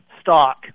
stock